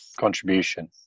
contribution